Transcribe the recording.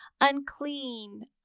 Unclean